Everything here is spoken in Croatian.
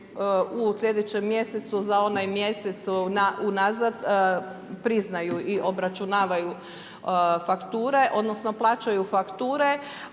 u sljedećem mjesecu za onaj mjesec unazad priznaju i obračunavaju fakture odnosno plaćaju fakture,